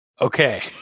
Okay